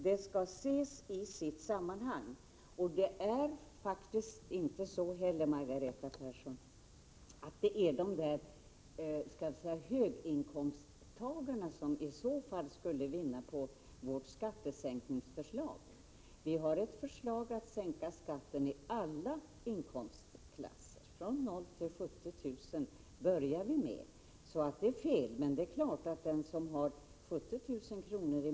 Det är inte heller höginkomsttagarna som i så fall skulle vinna på vårt skattesänkningsförslag. Vi har ett förslag om att sänka skatter i alla inkomstlägen, från 0 kr. till 70 000 kr. Men det är klart att den som har 70 000 kr.